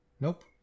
Nope